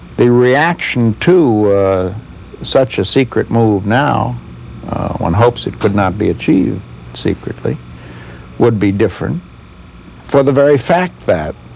the reaction to such a secret move now one hopes it could not be achieved secretly would be different for the very fact that